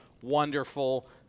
wonderful